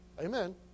Amen